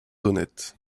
honnête